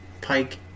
pike